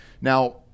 Now